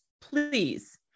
please